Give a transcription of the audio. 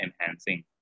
enhancing